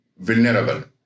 vulnerable